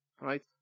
right